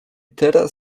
teraz